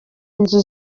inzu